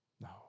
No